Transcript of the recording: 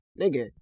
nigga